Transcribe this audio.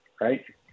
right